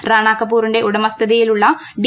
റാണാകപൂറിന്റെ ഉടമസ്ഥയിലുള്ള ഡി